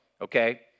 okay